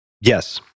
Yes